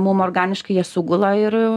mum organiškai jie sugula ir